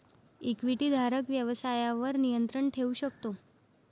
इक्विटीधारक व्यवसायावर नियंत्रण ठेवू शकतो